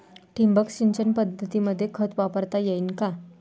ठिबक सिंचन पद्धतीमंदी खत वापरता येईन का?